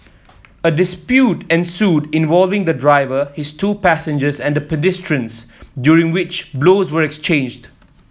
a dispute ensued involving the driver his two passengers and the pedestrians during which blows were exchanged